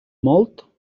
mòlt